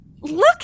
Look